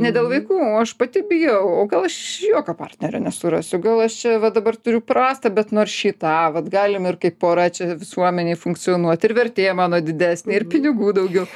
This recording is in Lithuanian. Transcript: ne dėl vaikų o aš pati bijau o gal aš jokio partnerio nesurasiu gal aš čia va dabar turiu prastą bet nors šį tą vat galim ir kaip pora čia visuomenėj funkcionuot ir vertė mano didesnė ir pinigų daugiau